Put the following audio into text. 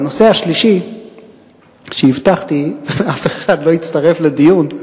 והנושא השלישי שהבטחתי, אף אחד לא הצטרף לדיון,